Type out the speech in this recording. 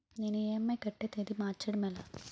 నేను ఇ.ఎం.ఐ కట్టే తేదీ మార్చడం ఎలా?